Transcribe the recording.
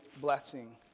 blessing